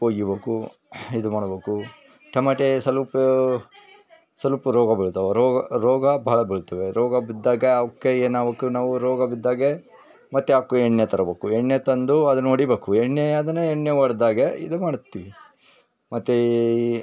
ಉಪ್ಪು ವಗಿಬೇಕು ಇದು ಮಾಡ್ಬೇಕು ಟಮಾಟೆ ಸ್ವಲ್ಪ್ ಸ್ವಲ್ಪ್ ರೋಗ ಬಿಳ್ತಾವ ರೋಗ ರೋಗ ಭಾಳ ಬೀಳ್ತವೆ ರೋಗ ಬಿದ್ದಾಗ ಅವ್ಕೆ ನಾವು ರೋಗ ಬಿದ್ದಾಗೆ ಮತ್ತು ಆವ್ಕು ಎಣ್ಣೆ ತರ್ಬೇಕು ಎಣ್ಣೆ ತಂದು ಅದನ್ನು ಹೊಡಿಬೇಕು ಎಣ್ಣೆ ಅದನ್ನು ಎಣ್ಣೆ ಹೊಡ್ದಾಗ ಇದು ಮಾಡ್ತೀವಿ ಮತ್ತು